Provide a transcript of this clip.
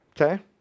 okay